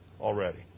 already